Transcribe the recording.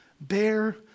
bear